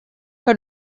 que